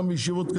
גם בישיבות,